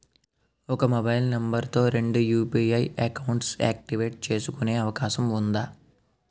ఒక mobile number తో రెండు యు.పి.ఐ అకౌంట్స్ యాక్టివేట్ చేసుకునే అవకాశం వుందా?